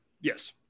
Yes